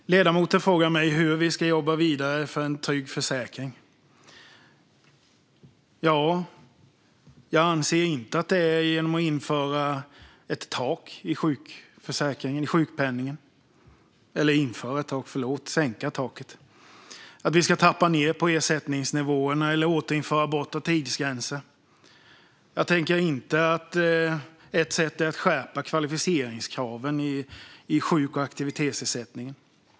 Fru talman! Ledamoten frågar mig hur vi ska jobba vidare för en trygg försäkring. Jag anser inte att det är genom att sänka taket i sjukförsäkringen, genom att vi ska trappa ned på ersättningsnivåerna eller genom att återinföra bortre tidsgränser. Jag tänker inte att ett sätt är att skärpa kvalificeringskraven i sjuk och aktivitetsersättningen.